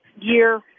Year